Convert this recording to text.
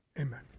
amen